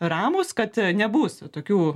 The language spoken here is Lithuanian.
ramūs kad nebus tokių